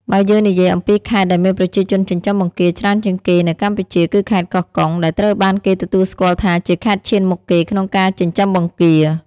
បើយើងនិយាយអំពីខេត្តដែលមានប្រជាជនចិញ្ចឹមបង្គាច្រើនជាងគេនៅកម្ពុជា គឺខេត្តកោះកុង ដែលត្រូវបានគេទទួលស្គាល់ថាជាខេត្តឈានមុខគេក្នុងការចិញ្ចឹមបង្គា។